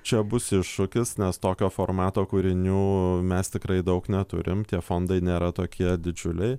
čia bus iššūkis nes tokio formato kūrinių mes tikrai daug neturim tie fondai nėra tokie didžiuliai